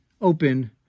open